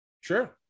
Sure